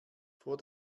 vor